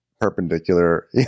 perpendicular